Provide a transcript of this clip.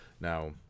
now